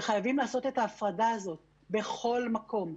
וחייבים לעשות את ההפרדה הזאת בכל מקום.